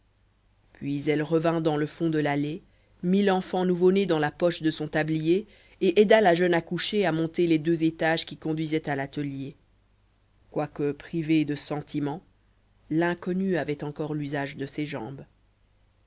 puis elle revint dans le fond de l'allée mit l'enfant nouveau-né dans la poche de son tablier et aida la jeune accouchée à monter les deux étages qui conduisaient à l'atelier quoique privée de sentiment l'inconnue avait encore l'usage de ses jambes